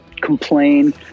complain